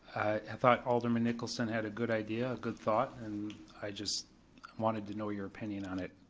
i thought alderman nicholson had a good idea, a good thought, and i just wanted to know your opinion on it.